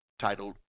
titled